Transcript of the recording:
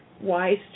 wise